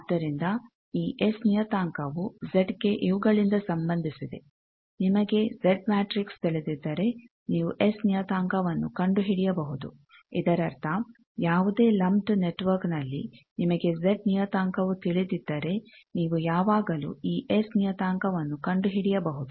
ಆದ್ದರಿಂದ ಈ ಎಸ್ ನಿಯತಾಂಕವು ಜೆಡ್ ಗೆ ಇವುಗಳಿಂದ ಸಂಬಂದಿಸಿದೆ ನಿಮಗೆ ಜೆಡ್ ಮ್ಯಾಟ್ರಿಕ್ಸ್ ತಿಳಿದಿದ್ದರೆ ನೀವು ಎಸ್ ನಿಯತಾಂಕವನ್ನು ಕಂಡುಹಿಡಿಯಬಹುದು ಇದರರ್ಥ ಯಾವುದೇ ಲಂಪ್ದ್ ನೆಟ್ವರ್ಕ್ನಲ್ಲಿ ನಿಮಗೆ ಜೆಡ್ ನಿಯತಾಂಕವು ತಿಳಿದಿದ್ದರೆ ನೀವು ಯಾವಾಗಲೂ ಈ ಎಸ್ ನಿಯತಾಂಕವನ್ನು ಕಂಡುಹಿಡಿಯಬಹುದು